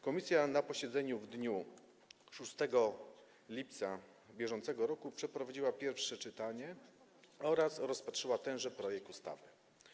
Komisja na posiedzeniu w dniu 6 lipca br. przeprowadziła pierwsze czytanie oraz rozpatrzyła tenże projekt ustawy.